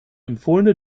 empfohlene